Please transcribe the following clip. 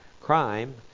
crime